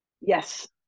Yes